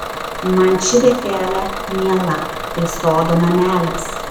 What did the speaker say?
man ši vietelė miela tai sodo namelis